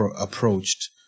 approached